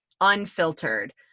Unfiltered